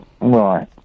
Right